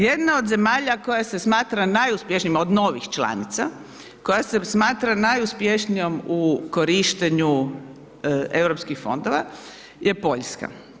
Jedna od zemalja koja se smatra najuspješnijim, od novih članica, koja se smatra najuspješnijom u korištenju Europskih fondova je Poljska.